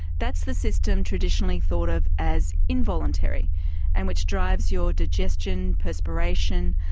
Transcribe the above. that's the system traditionally thought of as involuntary and which drives your digestion, perspiration,